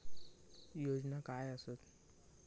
योजना काय आसत?